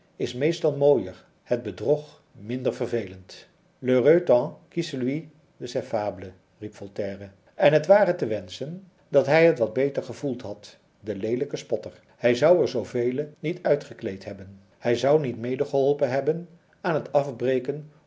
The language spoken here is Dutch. is meestal mooier het bedrog minder vervelend l'heureux temps que celui de ces fables riep voltaire en het ware te wenschen dat hij het wat beter gevoeld had de leelijke spotter hij zou er zoovele niet uitgekleed hebben hij zou niet medegeholpen hebben aan het afbreken